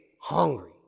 hungry